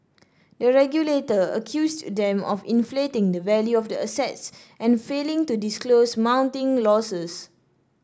the regulator accused them of inflating the value of the assets and failing to disclose mounting losses